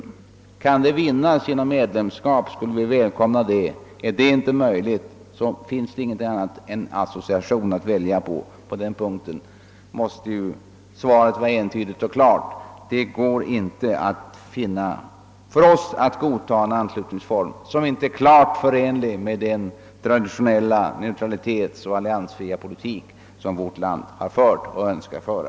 Om detta samarbete kan vinnas genom ett medlemskap, skulle vi välkomna en sådan lösning. Är det inte möjligt, finns ingenting annat än association att välja på. På den punkten måste svaret vara entydigt och klart. Det går inte för oss att godta en anslutningsform som inte klart är förenlig med den traditionella neutralitetsoch alliansfria politik som vårt land fört och önskar föra.